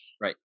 Right